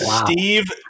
Steve